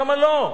למה לא?